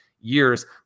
years